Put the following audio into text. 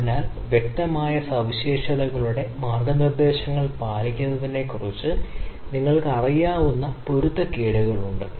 അതിനാൽ ഇത് ഒരു തരം തകർച്ച അറ്റകുറ്റപ്പണി പോലെയാണ് ഇതിനകം തന്നെ തകർന്ന ഉപകരണങ്ങളുള്ള ഒരു സാഹചര്യം നിങ്ങൾക്കറിയാവുന്ന കാരണം എന്താണെന്ന് നിങ്ങൾ കണ്ടെത്തണം